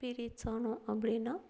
periods ஆனோம் அப்படின்னா